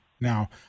now